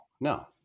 no